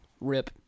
Rip